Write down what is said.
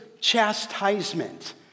chastisement